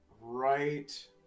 right